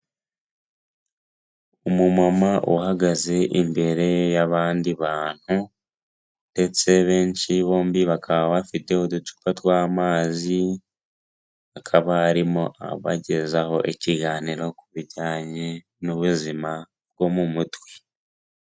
Umumama uhagaze imbere y'abandi bantu, ndetse benshi bombi bakaba bafite uducupa tw'amazi, akaba arimo abagezaho ikiganiro ku bijyanye n'ubuzima bwo mu mutwe.